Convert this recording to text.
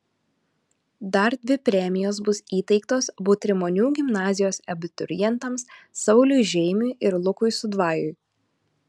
dar dvi premijos bus įteiktos butrimonių gimnazijos abiturientams sauliui žeimiui ir lukui sudvajui